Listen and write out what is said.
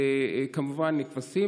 כמובן כבשים,